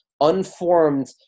unformed